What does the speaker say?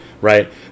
right